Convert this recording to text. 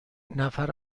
نفر